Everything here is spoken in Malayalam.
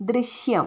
ദൃശ്യം